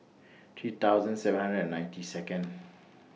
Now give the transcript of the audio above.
three thousand seven hundred and ninety Second